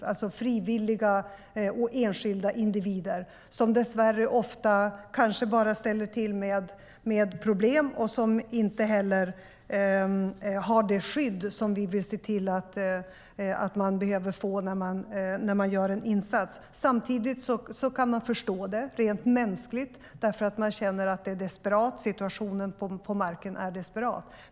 Det gäller alltså frivilliga och enskilda individer som dessvärre ofta kanske bara ställer till med problem och som heller inte har det skydd vi vill se till att man får när man gör en insats. Samtidigt kan man förstå detta rent mänskligt, därför att man känner att situationen på marken är desperat.